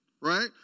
Right